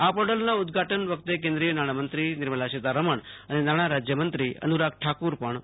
આ પોર્ટલના ઉદ્વાટન વખતે કેન્દ્રિય નાણાંમંત્રી નિર્મલા સીતારામણ અને નાણાં રાજ્યમંત્રી અનુરાગ ઠાકુર પણ ઉપસ્થિત રહેશે